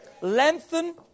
lengthen